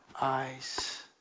eyes